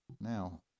Now